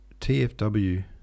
TFW